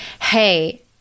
Hey